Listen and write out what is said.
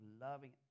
loving